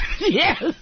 Yes